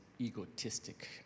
egotistic